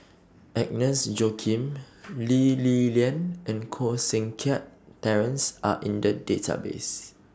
Agnes Joaquim Lee Li Lian and Koh Seng Kiat Terence Are in The Database